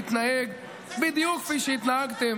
להתנהג בדיוק כפי שהתנהגתם